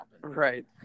Right